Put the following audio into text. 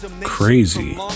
crazy